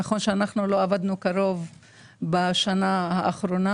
נכון שאנחנו לא עבדנו בקרבה בשנה האחרונה